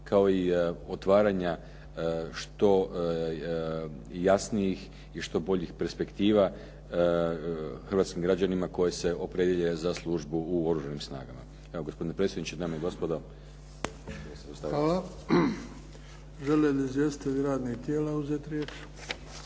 kao i otvaranja što jasnijih i što boljih perspektiva hrvatskim građanima koji se opredijele za službu u Oružanim snagama. Evo gospodine predsjedniče, dame i gospodo. **Bebić, Luka (HDZ)** Hvala. Žele li izvjestitelji radnih tijela uzeti riječ?